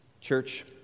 Church